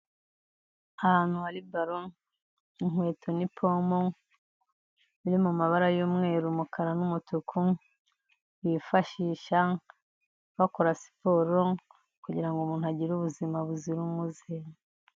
Ahantu hari baro, inkweto ni pomo, biri mu mabara y'umweru, umukara n'umutuku, bifashisha bakora siporo kugira ngo umuntu agire ubuzima buzira umuze.